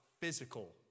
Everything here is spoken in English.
physical